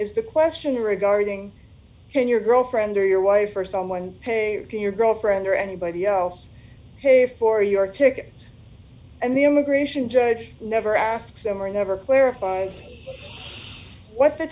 is the question regarding your girlfriend or your wife or someone pay your girlfriend or anybody else pay for your ticket and the immigration judge never asks them or never clarifies what the